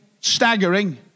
staggering